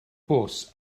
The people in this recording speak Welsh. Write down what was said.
bws